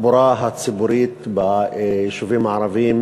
התחבורה הציבורית ביישובים הערביים